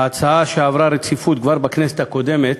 ההצעה, שעברה רציפות כבר בכנסת הקודמת,